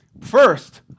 first